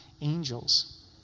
angels